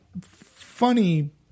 funny